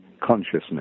consciousness